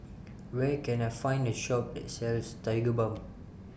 Where Can I Find A Shop that sells Tigerbalm